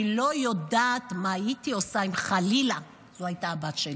אני לא יודעת מה הייתי עושה אם חלילה זו הייתה הבת שלי.